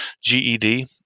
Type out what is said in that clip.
GED